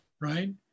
right